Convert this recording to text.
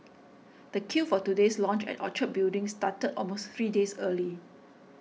the queue for today's launch at Orchard Building started almost three days early